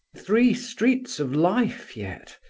three streets of life yet!